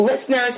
Listeners